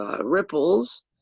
ripples